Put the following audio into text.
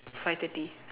five thirty